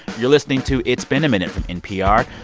you're listening to it's been a minute from npr.